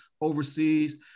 overseas